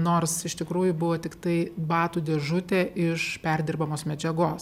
nors iš tikrųjų buvo tiktai batų dėžutė iš perdirbamos medžiagos